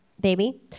baby